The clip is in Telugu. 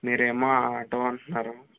మీరేమో ఆటో అంటున్నారు